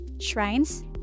shrines